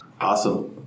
Awesome